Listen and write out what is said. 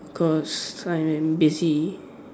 cause I am busy